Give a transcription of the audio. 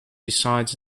besides